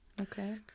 Okay